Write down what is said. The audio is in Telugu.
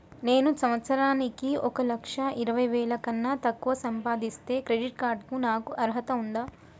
నేను సంవత్సరానికి ఒక లక్ష ఇరవై వేల కన్నా తక్కువ సంపాదిస్తే క్రెడిట్ కార్డ్ కు నాకు అర్హత ఉందా?